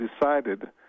decided